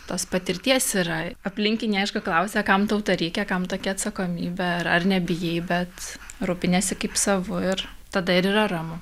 tos patirties yra aplinkiniai aišku klausia kam tau to reikia kam tokia atsakomybė ar ar nebijai bet rūpiniesi kaip savu ir tada ir yra ramu